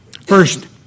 First